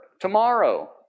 tomorrow